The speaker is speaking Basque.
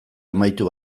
amaitu